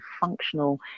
functional